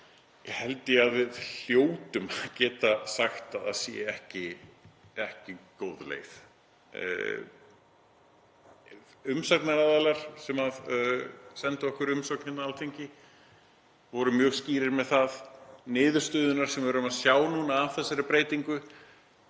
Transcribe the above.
held ég að við hljótum að geta sagt að er ekki góð leið. Umsagnaraðilar sem sendu okkur umsögn á Alþingi voru mjög skýrir með það, niðurstöðurnar sem við erum að sjá núna eftir þessa breytingu